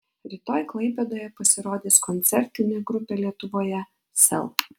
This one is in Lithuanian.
rytoj klaipėdoje pasirodys koncertinė grupė lietuvoje sel